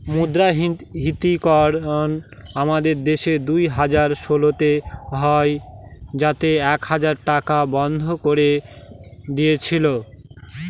মুদ্রাহিতকরণ আমাদের দেশে দুই হাজার ষোলোতে হয় যাতে এক হাজার টাকা বন্ধ করে দিয়েছিল